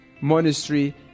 Monastery